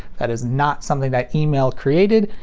that is not something that email created,